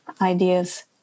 ideas